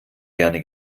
gerne